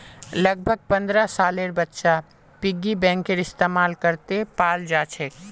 लगभग पन्द्रह सालेर बच्चा पिग्गी बैंकेर इस्तेमाल करते पाल जाछेक